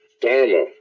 dharma